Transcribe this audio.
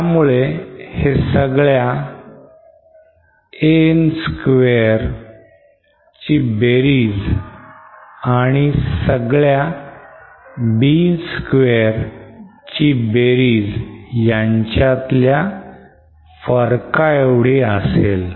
त्यामुळे हे सगळ्या An square ची बेरीज आणि सगळ्या B n square ची बेरीज यांच्यातल्या फरकाएवढी असेल